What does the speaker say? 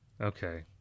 Okay